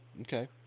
Okay